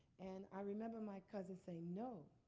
and i remember my cousin saying, no,